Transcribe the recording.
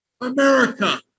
America